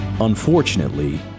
Unfortunately